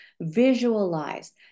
Visualize